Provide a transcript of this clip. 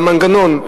והמנגנון,